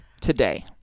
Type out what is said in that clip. today